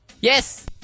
Yes